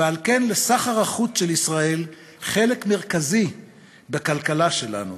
ועל כן לסחר החוץ של ישראל חלק מרכזי בכלכלה שלנו.